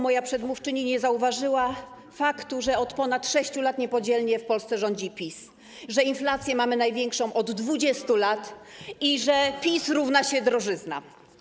Moja przedmówczyni nie zauważyła faktu, że od ponad 6 lat w Polsce niepodzielnie rządzi PiS, że inflację mamy największą od 20 lat i że PiS równa się drożyzna.